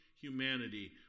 humanity